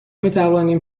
میتوانیم